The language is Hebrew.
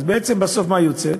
אז בעצם בסוף מה יוצא?